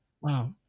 Wow